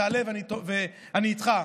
תעלה ואני איתך.